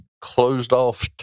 closed-off